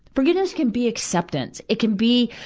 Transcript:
forgiveness can be acceptance. it can be,